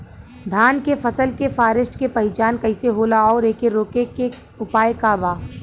धान के फसल के फारेस्ट के पहचान कइसे होला और एके रोके के उपाय का बा?